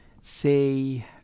say